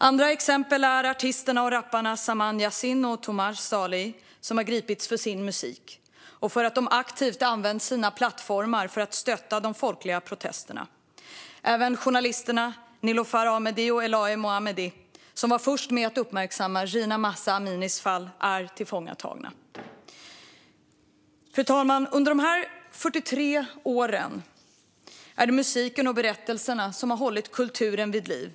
Andra exempel är artisterna och rapparna Saman Yasin och Tomaj Salehi som har gripits för sin musik och för att de aktivt använt sina plattformar för att stötta de folkliga protesterna. Även journalisterna Niloofar Hamedi och Elaheh Mohammadi, som var först med att uppmärksamma Jina Mahsa Aminis fall, är tillfångatagna. Fru talman! Under de här 43 åren är det musiken och berättelserna som hållit kulturen vid liv.